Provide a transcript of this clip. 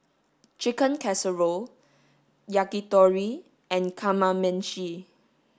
chicken casserole yakitori and kamameshi